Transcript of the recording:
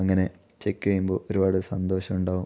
അങ്ങനെ ചെക്ക് ചെയ്യുമ്പോൾ ഒരുപാട് സന്തോഷം ഉണ്ടാവും